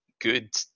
good